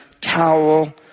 towel